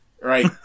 Right